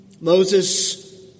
Moses